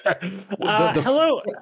hello